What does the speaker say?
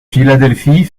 philadelphie